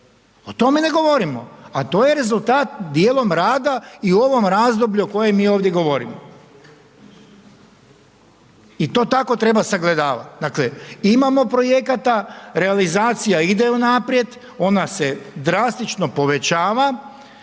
O tome ne govorimo, a to je rezultat dijelom rada i u ovom razdoblju o kojem mi ovdje govorimo. I to tako treba sagledavati. Dakle, imamo projekata, realizacija ide unaprijed, ona se drastično povećava,